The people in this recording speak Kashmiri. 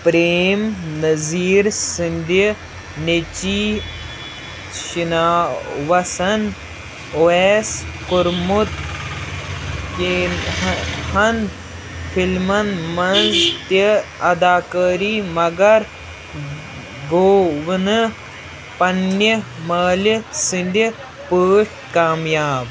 پرٛیم نظیٖر سٕنٛدِ نیٚچی شناوسن اُویس کوٚرمُت ہن فِلمَن منٛز تہِ اَداکٲری مگر گوٚو نہٕ پننہِ مٲلہِ سٕنٛدِ پٲٹھۍ کامیاب